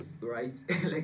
right